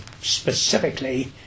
specifically